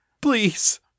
Please